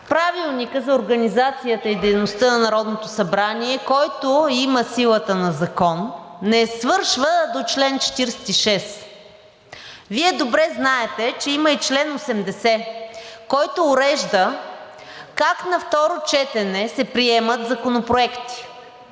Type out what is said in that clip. Правилникът за организацията и дейността на Народното събрание, който има силата на закон, не свършва до чл. 46. Вие добре знаете, че има и чл. 80, който урежда как на второ четене се приемат законопроекти: